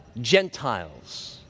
Gentiles